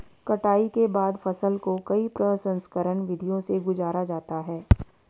कटाई के बाद फसल को कई प्रसंस्करण विधियों से गुजारा जाता है